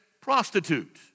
prostitute